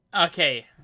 Okay